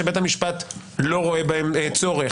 שבית המשפט לא רואה בהם צורך.